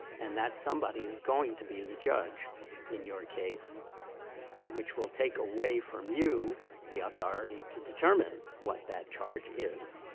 and that somebody is going to be the judge in your case which will take away from you the authority to determine what that charge is.